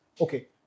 Okay